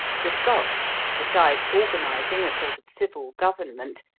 the scotch, besides organizing a sort of civil government,